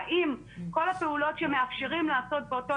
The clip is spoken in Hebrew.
והאם כל הפעולות שמאפשרים לעשות באותו